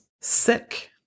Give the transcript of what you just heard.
sick